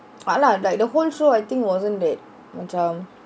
tak lah like the whole show I think wasn't that macam